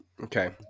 Okay